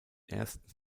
ersten